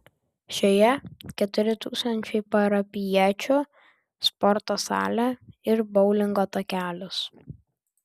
šioje keturi tūkstančiai parapijiečių sporto salė ir boulingo takelis